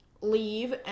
leave